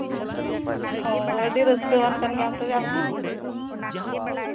ᱦᱳᱭ ᱟᱹᱰᱤ ᱨᱟᱹᱥᱠᱟᱹᱣᱟᱱ ᱠᱟᱱ ᱜᱮᱭᱟᱢ ᱛᱚᱵᱮ ᱟᱢ ᱦᱚᱸ